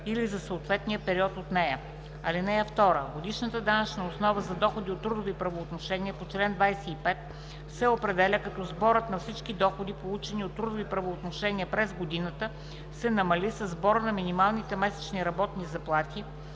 или за съответния период от нея. (2) Годишната данъчна основа за доходи от трудови правоотношения по чл. 25 се определя като сборът на всички доходи, получени от трудови правоотношения през годината, се намали със сбора на минималните месечни работни заплати,